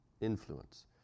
influence